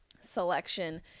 selection